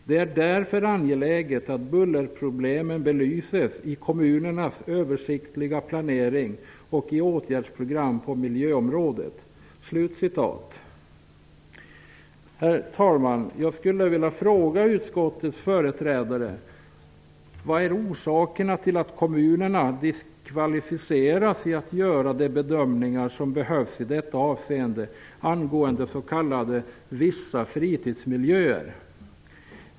Det är därför angeläget att bullerproblemen belyses i kommunernas översiktliga planering och i åtgärdsprogram på miljöområdet.'' Herr talman! Jag skulle vilja fråga utskottets företrädare: Vad är orsaken till att kommunerna diskvalificeras att göra de bedömningar som behövs angående s.k. vissa fritidsmiljöer?